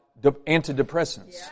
antidepressants